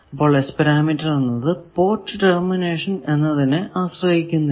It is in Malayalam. അപ്പോൾ S പാരാമീറ്റർ എന്നത് പോർട്ട് ടെർമിനേഷൻ എന്നതിനെ ആശ്രയിക്കുന്നില്ല